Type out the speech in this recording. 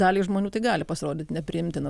daliai žmonių tai gali pasirodyt nepriimtina